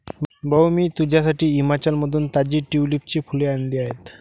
भाऊ, मी तुझ्यासाठी हिमाचलमधून ताजी ट्यूलिपची फुले आणली आहेत